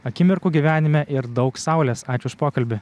akimirkų gyvenime ir daug saulės ačiū už pokalbį